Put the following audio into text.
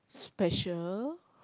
special